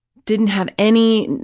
didn't have any,